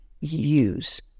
use